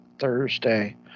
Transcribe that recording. Thursday